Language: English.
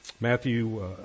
Matthew